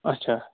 اَچھا